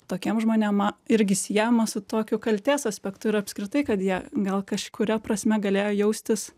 tokiem žmonėm a irgi siejama su tokiu kaltės aspektu ir apskritai kad jie gal kažkuria prasme galėjo jaustis